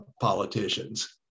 politicians